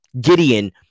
Gideon